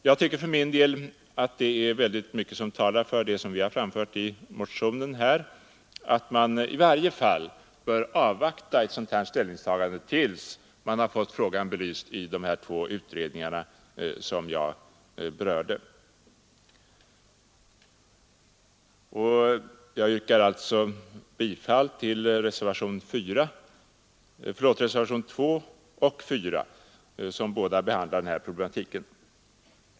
Jag tycker för min del att väldigt mycket talar för att man — som vi har föreslagit i motionen — i varje fall bör vänta med ställningstagandet tills man har fått frågan belyst i de två utredningar som jag berörde. Jag kommer därför att yrka bifall till reservationerna 2 och 4, som båda behandlar den här problematiken.